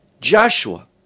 Joshua